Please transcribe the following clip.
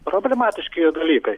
problematiški dalykai